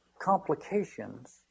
Complications